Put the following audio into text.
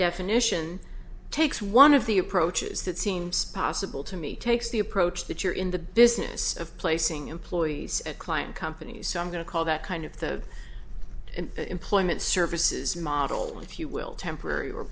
definition takes one of the approaches that seems possible to me takes the approach that you're in the big this of placing employees at client companies so i'm going to call that kind of the employment services model if you will temporary or